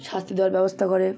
শাস্তি দেওয়ার ব্যবস্থা করে